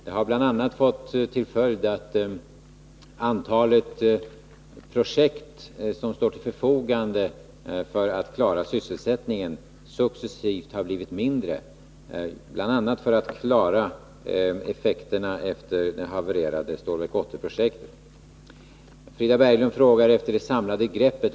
Det har bl.a. fått till följd att antalet projekt som står till förfogande för att klara sysselsättningen successivt har blivit mindre. Dessa projekt behövs bl.a. för att klara effekten av Stålverk 80-projektets haveri. Frida Berglund frågar efter det samlade greppet.